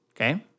okay